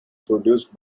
produced